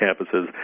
campuses